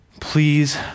Please